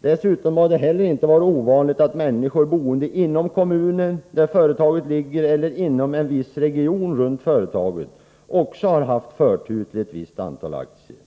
Dessutom har det inte heller varit ovanligt att människor, som bor i den kommun där företaget ligger eller inom en viss region runt företaget, också haft förtur till ett visst antal aktier.